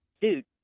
dude